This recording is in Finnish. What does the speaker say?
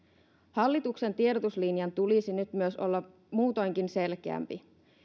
hallituksen tiedotuslinjan tulisi nyt myös olla muutoinkin selkeämpi